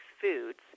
foods